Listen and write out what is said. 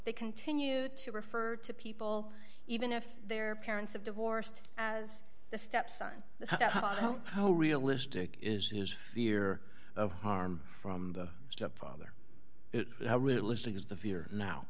they continue to refer to people even if their parents have divorced as the stepson how realistic is his fear of harm from the stepfather how realistic is the fear now